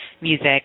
music